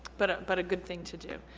but but a good thing to do.